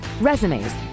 resumes